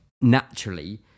naturally